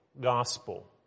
gospel